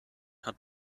hat